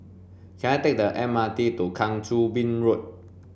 can I take the M R T to Kang Choo Bin Road